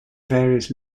various